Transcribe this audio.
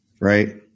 Right